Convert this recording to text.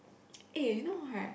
eh you know right